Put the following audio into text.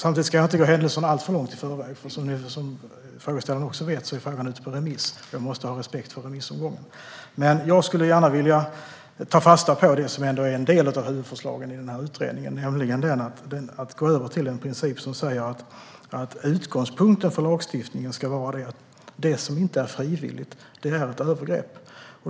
Samtidigt ska jag inte gå händelserna alltför långt i förväg. Som frågeställaren vet är utredningen ute på remiss, och jag måste ha respekt för remissomgången. Men jag skulle gärna vilja ta fasta på en del av huvudförslagen i utredningen. Det handlar om att gå över till en princip som säger att utgångspunkten för lagstiftningen ska vara att det som inte är frivilligt är ett övergrepp.